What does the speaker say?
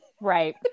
Right